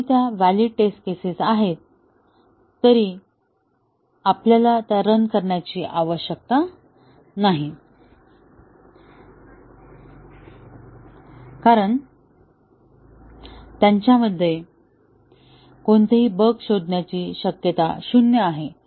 जरी त्या valid test cases आहेत तरीही आपल्याला त्या रन करण्याची आवश्यकता नाही कारण त्यांच्यामध्ये कोणतेही बग शोधण्याची शक्यता शून्य आहे